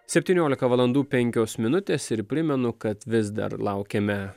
septyniolika valandų penkios minutės ir primenu kad vis dar laukiame